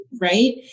right